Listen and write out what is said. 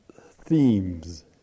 themes